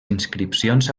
inscripcions